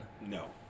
No